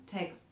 Take